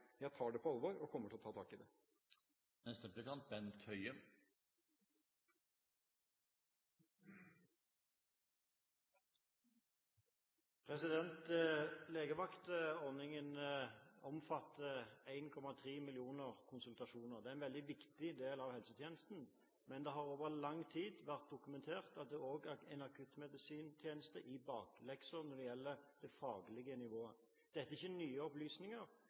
og kommer til å ta tak i det. Legevaktordningen omfatter 1,3 millioner konsultasjoner. Det er en veldig viktig del av helsetjenesten, men det har over lang tid vært dokumentert at det også er en akuttmedisintjeneste i bakleksa når det gjelder det faglige nivået. Dette er ikke nye opplysninger.